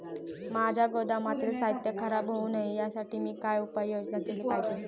माझ्या गोदामातील साहित्य खराब होऊ नये यासाठी मी काय उपाय योजना केली पाहिजे?